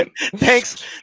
Thanks